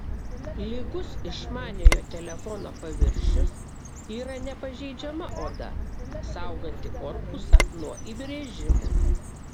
lygus išmaniojo telefono paviršius yra nepažeidžiama oda sauganti korpusą nuo įbrėžimų